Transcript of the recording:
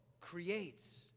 creates